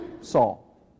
Saul